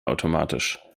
automatisch